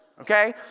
okay